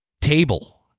table